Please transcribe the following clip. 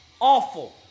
Awful